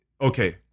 Okay